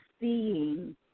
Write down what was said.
seeing